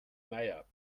meier